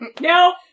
No